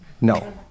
No